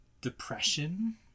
Depression